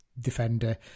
defender